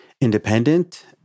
independent